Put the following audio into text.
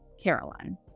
Caroline